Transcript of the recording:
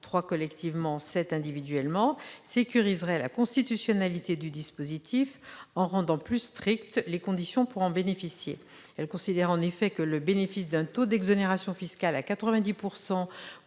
trois ans collectivement plus sept ans individuellement -sécuriserait la constitutionnalité du dispositif en rendant plus strictes les conditions pour en bénéficier. Elle considère en effet que le bénéfice d'un taux d'exonération fiscale à 90